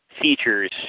features